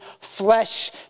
flesh